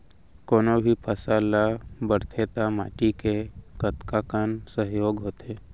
कोनो भी फसल हा बड़थे ता माटी के कतका कन सहयोग होथे?